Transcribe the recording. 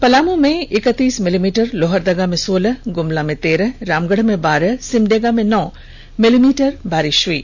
पलाम में इक्कतीस मिलीमीटर लोहरदगा में सोलह गुमला में तेरह रामगढ़ में बारह सिमडेगा में नौ मिलीमीटर बारिष दर्ज की गयी